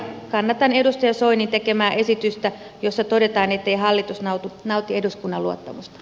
kannatan edustaja soinin tekemää esitystä jossa todetaan ettei hallitus nauti eduskunnan luottamusta